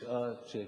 תשעה צ'קים.